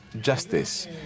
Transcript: justice